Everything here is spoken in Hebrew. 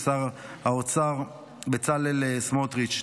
לשר האוצר בצלאל סמוטריץ'.